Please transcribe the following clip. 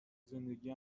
زندگی